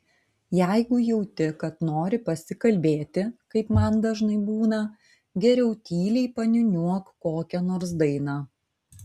jeigu jauti kad nori pasikalbėti kaip man dažnai būna geriau tyliai paniūniuok kokią nors dainą